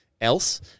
else